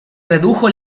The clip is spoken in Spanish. redujo